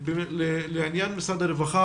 לעניין משרד הרווחה.